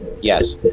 Yes